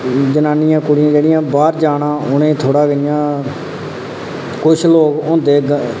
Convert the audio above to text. जनानियें कुड़ियें जेह्ड़ियें बाह्र जाना उ'नें थोह्ड़ा इं'या कुछ लोक होंदे